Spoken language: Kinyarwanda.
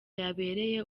yabereye